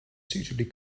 suitably